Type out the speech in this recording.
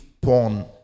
porn